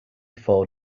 four